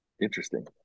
Interesting